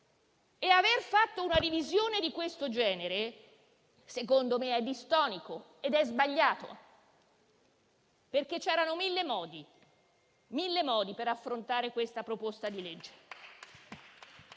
aver fatto una divisione di questo genere, secondo me, è distonico e sbagliato, perché c'erano mille modi per affrontare questo disegno di legge.